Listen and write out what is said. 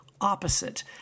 opposite